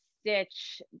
Stitch